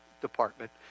department